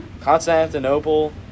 Constantinople